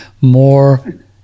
more